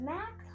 Max